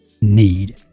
need